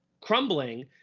crumbling